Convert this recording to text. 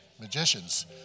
Magicians